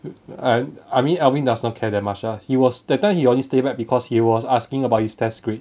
I I mean alvin doesn't care that much lah he was that time he only stay back because he was asking about his test grade